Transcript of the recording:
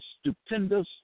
stupendous